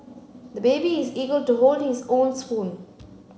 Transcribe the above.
the baby is eager to hold his own spoon